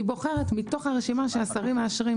היא בוחרת מתוך הרשימה שהשרים מאשרים.